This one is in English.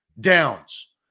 downs